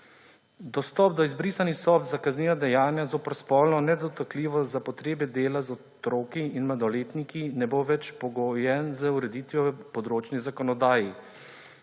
Dostop do izbrisanih sodb za kazniva dejanja zoper spolno nedotakljivost za potrebe dela z otroki in mladoletniki ne bo več pogojen z ureditvijo v področni zakonodaji.